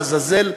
לעזאזל,